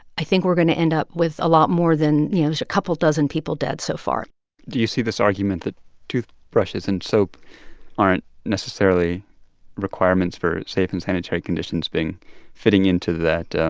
i think we're going to end up with a lot more than, you know, a couple dozen people dead so far do you see this argument that toothbrushes and soap aren't necessarily requirements for safe and sanitary conditions being fitting into that